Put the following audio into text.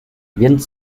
więc